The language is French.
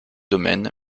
domaine